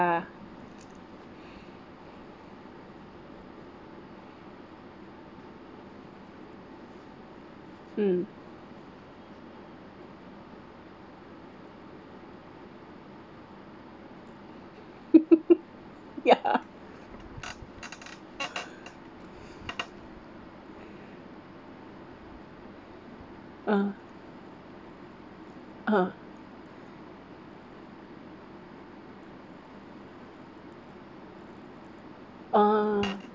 ya mm ya ah (uh huh) ah